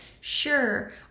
Sure